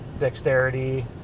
dexterity